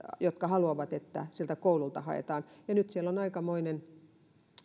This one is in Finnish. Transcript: jotka haluavat että sieltä koululta haetaan nyt siellä on aikamoinen